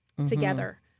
together